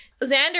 xander